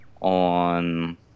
on